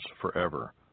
forever